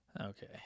Okay